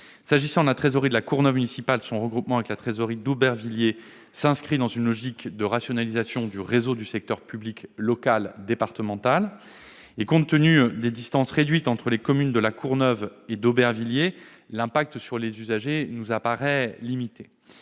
S'agissant de la trésorerie de La Courneuve municipale, son regroupement avec la trésorerie d'Aubervilliers s'inscrit dans une logique de rationalisation du réseau du secteur public local départemental. Compte tenu des distances réduites entre les communes de La Courneuve et d'Aubervilliers, l'incidence pour les usagers nous paraît limitée.